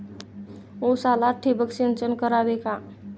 उसाला ठिबक सिंचन करावे का?